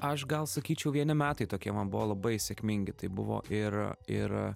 aš gal sakyčiau vieni metai tokie man buvo labai sėkmingi tai buvo ir ir